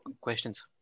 questions